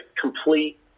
complete